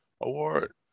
award